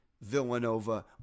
Villanova